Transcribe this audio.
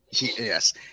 Yes